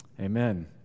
Amen